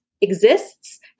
exists